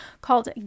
called